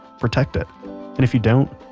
protect it. and if you don't,